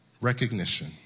Recognition